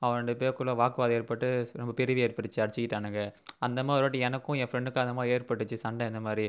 அவன் ரெண்டு பேர்குள்ளே வாக்குவாதம் ஏற்பட்டு பிரிவு ஏற்பட்டுச்சு அடிச்சுகிட்டானுங்க அந்த மாதிரி ஒரு வாட்டி எனக்கும் என் ஃப்ரெண்டுக்கும் அந்த மாதிரி ஏற்பட்டுச்சு சண்டை இந்த மாதிரி